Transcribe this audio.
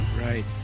Right